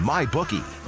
MyBookie